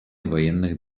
военных